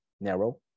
narrow